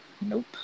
Nope